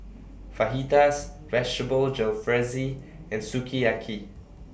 Fajitas Vegetable Jalfrezi and Sukiyaki